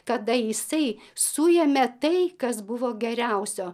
kada jisai suėmė tai kas buvo geriausio